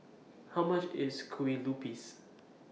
How much IS Kue Lupis